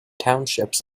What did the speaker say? townships